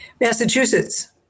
Massachusetts